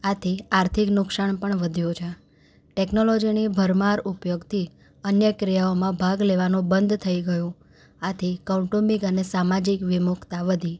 આથી આર્થિક નુકસાન પણ વધ્યું છે ટેક્નોલૉજીની ભરમાર ઉપયોગથી અન્ય ક્રિયાઓમાં ભાગ લેવાનું બંધ થઈ ગયું આથી કૌટુંબિંક અને સામાજિક વિમુખતા વધી